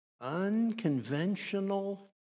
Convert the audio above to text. unconventional